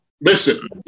Listen